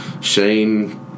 Shane –